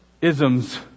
isms